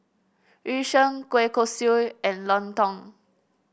Yu Sheng Kueh Kosui and lontong